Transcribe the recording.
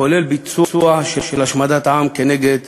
כולל השמדת עם, נגד